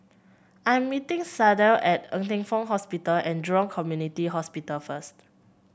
I'm meeting Sydell at Ng Teng Fong Hospital and Jurong Community Hospital first